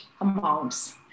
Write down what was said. amounts